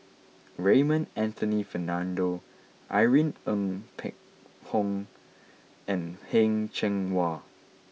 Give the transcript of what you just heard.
Raymond Anthony Fernando Irene Ng Phek Hoong and Heng Cheng Hwa